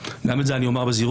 גם את זה אני אומר בזהירות,